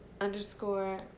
underscore